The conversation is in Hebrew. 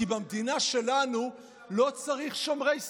כי במדינה שלנו לא צריך שומרי סף,